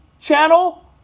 channel